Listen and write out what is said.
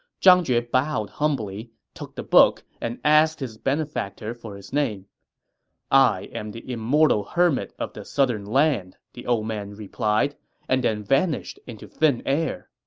zhang jue bowed humbly, took the book, and asked his benefactor for his name i am the immortal hermit of the southern land, the old man replied and vanished into thin air